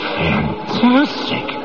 fantastic